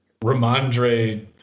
Ramondre